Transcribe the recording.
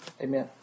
Amen